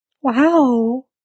Wow